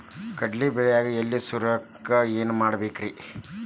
ಕಡ್ಲಿ ಬೆಳಿಯಾಗ ಎಲಿ ಸುರುಳಿರೋಗಕ್ಕ ಏನ್ ಮಾಡಬೇಕ್ರಿ?